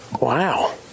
wow